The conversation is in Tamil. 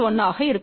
1 ஆக இருக்கும்